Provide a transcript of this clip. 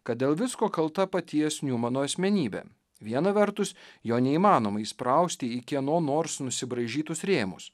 kad dėl visko kalta paties niumano asmenybė viena vertus jo neįmanoma įsprausti į kieno nors nusibraižytus rėmus